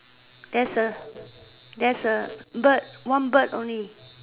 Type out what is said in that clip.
there's a there's a bird one bird only